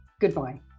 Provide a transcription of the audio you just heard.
goodbye